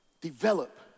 develop